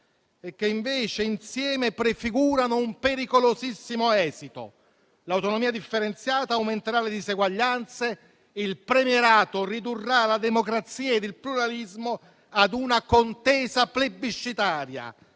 e che invece insieme prefigurano un pericolosissimo esito: l'autonomia differenziata aumenterà le diseguaglianze; il premierato ridurrà la democrazia e il pluralismo a una contesa plebiscitaria